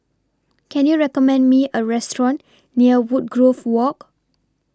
Can YOU recommend Me A Restaurant near Woodgrove Walk